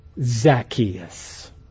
Zacchaeus